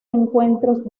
encuentros